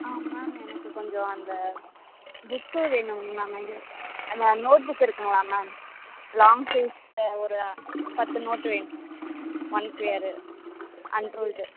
ஆ ma'am எனக்கு கொஞ்சம் அந்த புக்கு வேணும் மேம் அந்த அந்த நோட்புக் இருக்குதுங்களா மேம் லாங் சைஸு ஒரு பத்து நோட் வேணும் ஒன் கொயரு அன்ரூல்டு